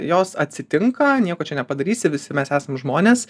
jos atsitinka nieko čia nepadarysi visi mes esam žmonės